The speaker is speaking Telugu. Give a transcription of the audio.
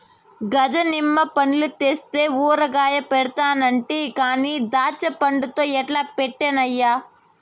గజ నిమ్మ పండ్లు తెస్తే ఊరగాయ పెడతానంటి కానీ దాచ్చాపండ్లతో ఎట్టా పెట్టన్నయ్యా